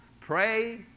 Pray